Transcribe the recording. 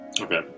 Okay